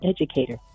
educator